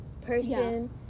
person